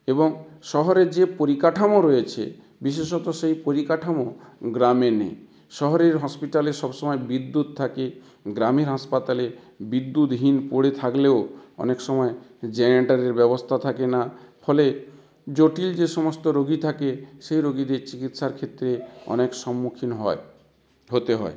এবং শহরের যে পরিকাঠামো রয়েছে বিশেষত সেই পরিকাঠামো গ্রামে নেই শহরের হসপিটালে সব সময় বিদ্যুৎ থাকে গ্রামে হাসপাতালে বিদ্যুৎহীন পড়ে থাকলেও অনেক সময় জেনাটারের ব্যবস্থা থাকে না ফলে জটিল যে সমস্ত রোগী থাকে সে রোগীদের চিকিৎসার ক্ষেত্রে অনেক সম্মুখীন হয় হতে হয়